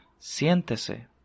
siéntese